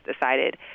decided